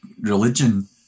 religion